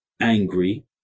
angry